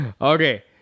Okay